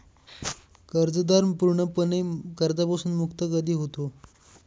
कर्जदार पूर्णपणे कर्जापासून मुक्त कधी होतो?